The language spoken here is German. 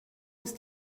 ist